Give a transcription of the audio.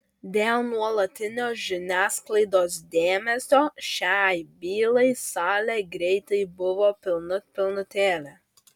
dėl nuolatinio žiniasklaidos dėmesio šiai bylai salė greitai buvo pilnut pilnutėlė